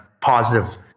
positive